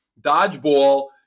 Dodgeball